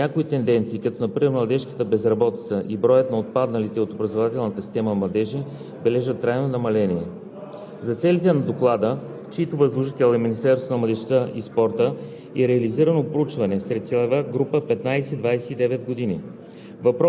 Доклада са използвани данни от Националния статистически институт, ЕВРОСТАТ и други национални и международни проучвания, като резултатите показват, че някои тенденции, като например младежката безработица и броят на отпадналите от образователната система младежи, бележат трайно намаляване.